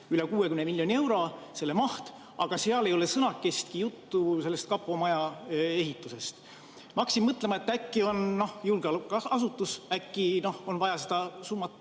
üle 60 miljoni euro on selle maht –, aga seal ei ole sõnakestki juttu sellest kapo maja ehitusest. Ma hakkasin mõtlema, et julgeolekuasutus, äkki on vaja seda